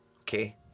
okay